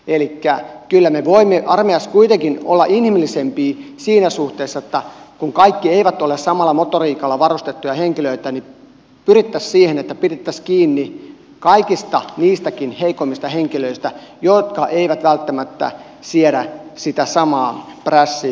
elikkä kyllä me voimme armeijassa kuitenkin olla inhimillisempiä siinä suhteessa että kun kaikki eivät ole samalla motoriikalla varustettuja henkilöitä niin pyrittäisiin siihen että pidettäisiin kiinni kaikista niistä heikoimmistakin henkilöistä jotka eivät välttämättä siedä sitä samaa prässiä kuin toiset